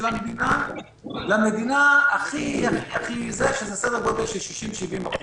המדינה למדינה הכי הכי זה סדר גודל של 60%-70%.